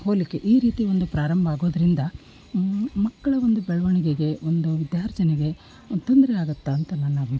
ಹೋಲಿಕೆ ಈ ರೀತಿ ಒಂದು ಪ್ರಾರಂಭ ಆಗೋದರಿಂದ ಮಕ್ಕಳ ಒಂದು ಬೆಳವಣ್ಗೆಗೆ ಒಂದು ವಿದ್ಯಾರ್ಜನೆಗೆ ತೊಂದ್ರೆಯಾಗತ್ತೆ ಅಂತ ನನ್ನ ಅಭಿಪ್ರಾಯ